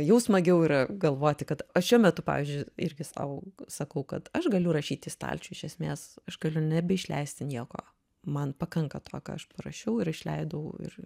jau smagiau yra galvoti kad aš šiuo metu pavyzdžiui irgi sau sakau kad aš galiu rašyti stalčiuj iš esmės aš galiu nebeišleisti nieko man pakanka to ką aš parašiau ir išleidau ir